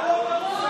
מה לא ברור,